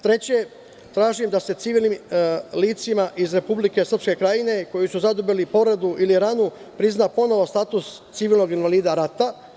Treće, tražim da se civilnim licima iz Republike Srpske Krajine koji su zadobili povredu ili ranu prizna ponovo status civilnog invalida rata.